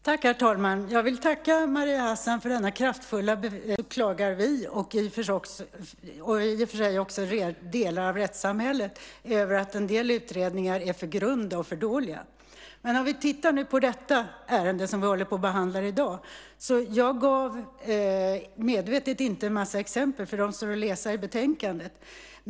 Herr talman! Jag känner inte igen att vi säger att det utreds för mycket. Däremot klagar både vi och delar av rättssamhället över att en del utredningar är för grunda och för dåliga. När det gäller det ärende vi behandlar i dag gav jag medvetet inte en massa exempel, för de står att läsa i betänkandet.